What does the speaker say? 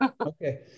Okay